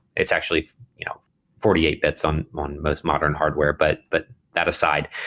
it's actually you know forty eight bits on on most modern hardware, but but that aside.